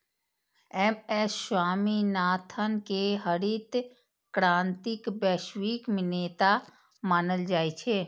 M S Swaminathan कें हरित क्रांतिक वैश्विक नेता मानल जाइ छै